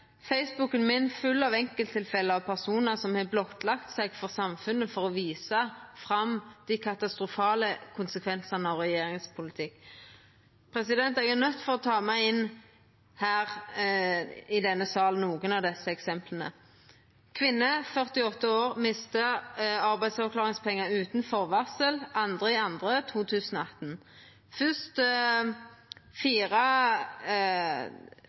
min full av enkelttilfelle av personar som har blottlagt seg for samfunnet for å visa fram dei katastrofale konsekvensane av regjeringas politikk. Eg er nøydd til å ta med inn her i denne salen eksempel på dette: Kvinne, 48 år, mista arbeidsavklaringspengar utan forvarsel 2. februar 2018. Først fire